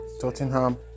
Tottenham